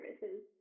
Services